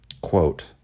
quote